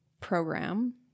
program